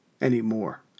anymore